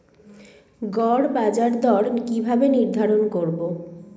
গড় বাজার দর কিভাবে নির্ধারণ করব?